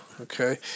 Okay